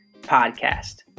Podcast